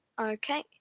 Okay